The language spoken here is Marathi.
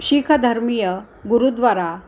शिखधर्मीय गुरुद्वारा